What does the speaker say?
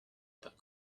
about